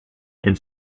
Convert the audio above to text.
and